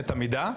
את המידה,